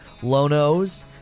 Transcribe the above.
Lonos